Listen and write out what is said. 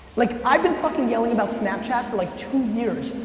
like i've been fucking yelling about snapchat for like two years.